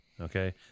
Okay